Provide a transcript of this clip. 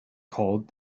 called